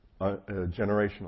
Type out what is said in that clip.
generational